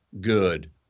good